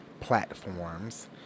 platforms